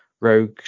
rogue